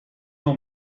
how